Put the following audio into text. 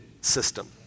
system